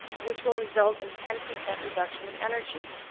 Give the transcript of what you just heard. which will result in ten percent reduction of energy.